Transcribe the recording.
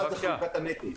אחת זה חלוקת הנטל.